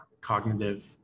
cognitive